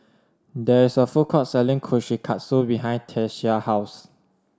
there is a food court selling Kushikatsu behind Tyesha house